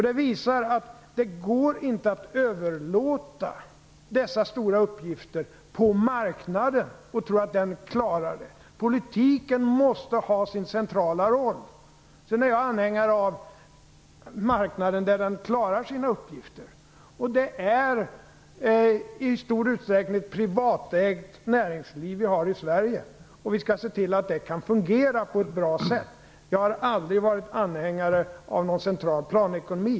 Det visar att det inte går att överlåta dessa stora uppgifter på marknaden och tro att den klarar det. Politiken måste ha sin centrala roll. Jag är anhängare av marknaden där den klarar sina uppgifter. Det är i stor utsträckning ett privatägt näringsliv vi har i Sverige och vi skall se till att det kan fungera på ett bra sätt. Jag har aldrig varit anhängare av någon central planekonomi.